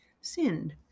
sinned